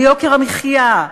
על יוקר המחיה,